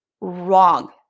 wrong